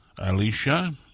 Alicia